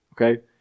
Okay